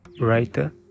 writer